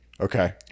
Okay